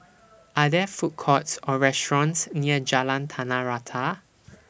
Are There Food Courts Or restaurants near Jalan Tanah Rata